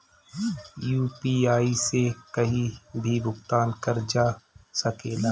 UPI से कहीं भी भुगतान कर जा सकेला?